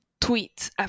tweets